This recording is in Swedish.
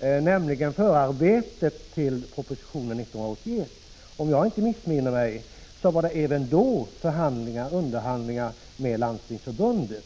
nämligen förarbetet till propositionen 1981. Om jag inte missminner mig fördes det även då förhandlingar med Landstingsförbundet.